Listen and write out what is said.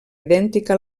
idèntica